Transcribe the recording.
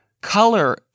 color